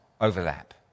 overlap